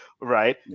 right